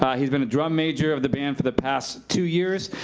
yeah he's been a drum major of the band for the past two years.